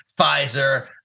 Pfizer